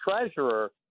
treasurer